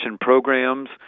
programs